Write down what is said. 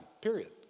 period